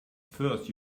first